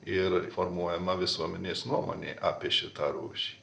ir formuojama visuomenės nuomonė apie šitą rūšį